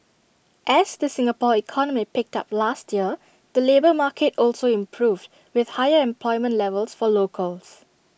as the Singapore economy picked up last year the labour market also improved with higher employment levels for locals